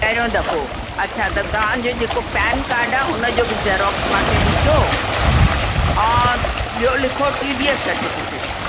पहिरियों दफ़ो अच्छा त तव्हांजो जेको पैन काड आहे हुन जो बि ज़ेराक्स मांखे ॾिजो ॿियो लिखो टी डी एस सर्टीफ़िकेट